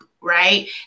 Right